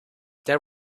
there